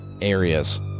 areas